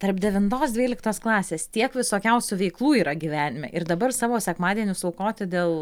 tarp devintos dvyliktos klasės tiek visokiausių veiklų yra gyvenime ir dabar savo sekmadienius aukoti dėl